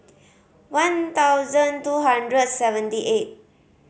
one thousand two hundred seventy eight